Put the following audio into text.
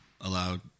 allowed